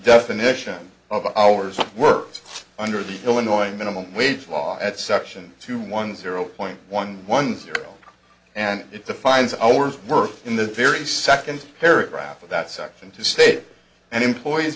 definition of hours worked under the illinois minimum wage law at section two one zero point one one zero and it defines hours of work in the very second paragraph of that section to say and employees